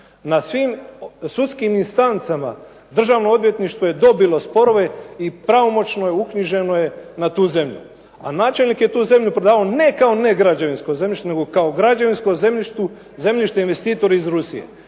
Na svim sudskim instancama Državno odvjetništvo je dobilo sporove i pravomoćno je uknjiženo na tu zemlju. A načelnik je tu zemlju prodavao ne kao negrađevinsko zemljište nego kao građevinsko zemljište investitora iz Rusije.